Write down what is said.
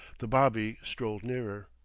the bobby strolled nearer.